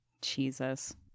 Jesus